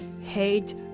hate